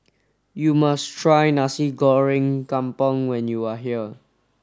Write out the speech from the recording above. you must try Nasi Goreng Kampung when you are here